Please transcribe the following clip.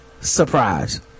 Surprise